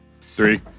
Three